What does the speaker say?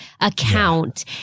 account